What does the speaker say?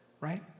right